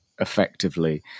effectively